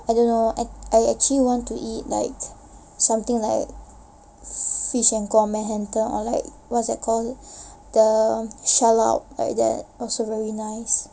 I don't know I I actually want to eat like something like fish and co manhattan or like what's that called the shellout like that also very nice